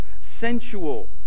sensual